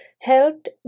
helped